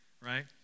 right